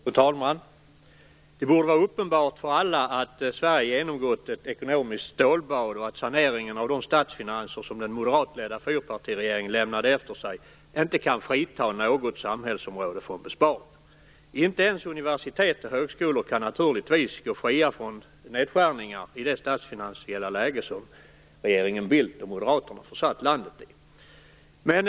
Fru talman! Det borde vara uppenbart för alla att Sverige genomgått ett ekonomiskt stålbad och att saneringen av de statsfinanser som den moderatledda fyrpartiregeringen lämnade efter sig inte kan frita något samhällsområde från besparingar. Inte ens universitet och högskolor kan naturligtvis gå fria från nedskärningar i det statsfinansiella läge som regeringen Bildt och Moderaterna försatt landet i.